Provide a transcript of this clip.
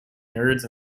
nerds